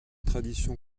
tradition